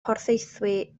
porthaethwy